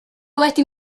wedi